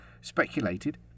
speculated